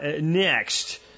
Next